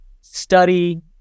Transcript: study